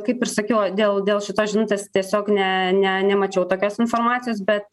kaip ir sakiau dėl dėl šitos žinutės tiesiog ne ne nemačiau tokios informacijos bet